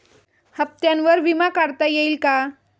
हप्त्यांवर विमा काढता येईल का?